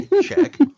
Check